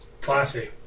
Classy